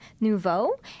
Nouveau